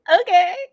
Okay